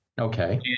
Okay